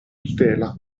tutela